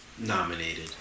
nominated